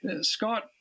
Scott